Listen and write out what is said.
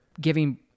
giving